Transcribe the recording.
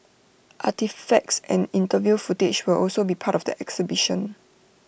artefacts and interview footage will also be part of the exhibition